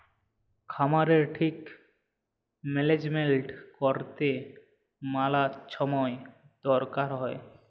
খামারের ঠিক ম্যালেজমেল্ট ক্যইরতে ম্যালা ছময় দরকার হ্যয়